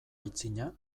aitzina